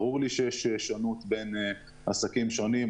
ברור לי שיש שונות בין עסקים שונים,